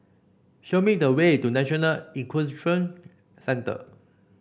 show me the way to National Equestrian Centre